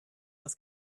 das